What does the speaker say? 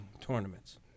tournaments